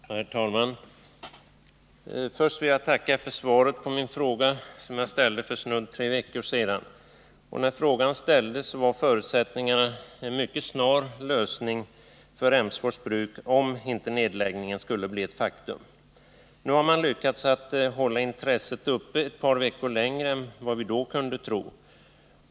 Herr talman! Först vill jag tacka industriministern för svaret på min fråga, som jag ställde för i det närmaste tre veckor sedan. När frågan ställdes var förutsättningen den att en mycket snar lösning för Emsfors bruk måste komma till stånd, om inte nedläggningen skulle bli ett faktum. Nu har man lyckats att hålla intresset uppe ett par veckor längre än vad vi då kunde tro.